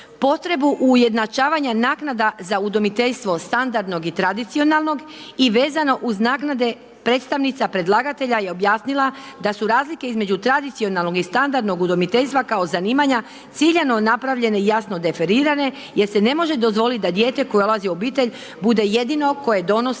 potrebu ujednačavanja naknada za udomiteljstvo standardnog i tradicionalnog i vezano uz naknade. Predstavnica predlagatelja je objasnila da su razlike između tradicionalnoga i standardnog udomiteljstva kao zanimanja ciljano napravljene i jasno referirane jer se ne može dozvolit da dijete koje ulazi u obitelj bude jedino koje donosi